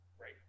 Right